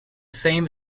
same